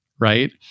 right